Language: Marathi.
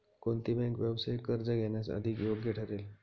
कोणती बँक व्यावसायिक कर्ज घेण्यास अधिक योग्य ठरेल?